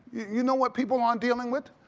you know what people aren't dealing with?